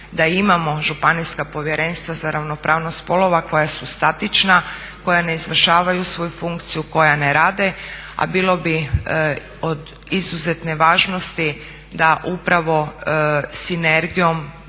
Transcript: da imamo županijska povjerenstva za ravnopravnost spolova koja su statična, koja ne izvršavaju svoju funkciju, koja ne rade, a bilo bi od izuzetne važnosti da upravo sinergijom